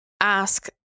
ask